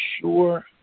sure